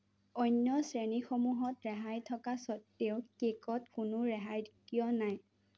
অন্য শ্ৰেণীসমূহত ৰেহাই থকা স্বত্তেও কে'কত কোনো ৰেহাই কিয় নাই